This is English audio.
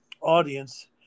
audience